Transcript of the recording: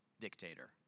dictator